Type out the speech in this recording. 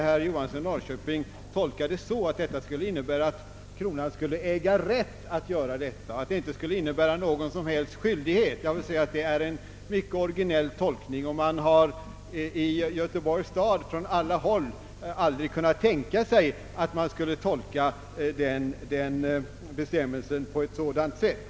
Herr Johansson i Norrköping ville tolka detta så, att det skulle innebära, att kronan skulle äga rätt att göra detta och att det inte skulle innebära någon som helst skyldighet för kronan att göra det. Jag vill säga att det är en mycket originell tolkning. Man har i Göteborgs stad aldrig kunnat tänka sig att den bestämmelsen skulle tolkas på ett sådant sätt.